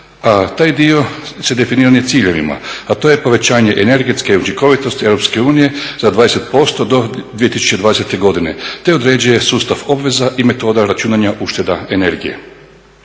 Taj dio se definira ciljevima, a to je povećanje energetske učinkovitosti EU za 20% do 2020. godine te određuje sustav obveza i metoda računanja ušteda energije.